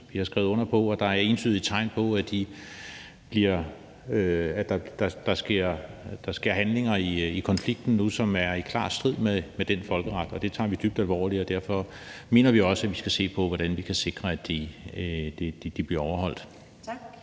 vi har skrevet under på. Og der er entydige tegn på, at der sker handlinger i konflikten nu, som er i klar strid med den folkeret. Det tager vi dybt alvorligt, og derfor mener vi også, at vi skal se på, hvordan vi kan sikre, at de bliver overholdt. Kl.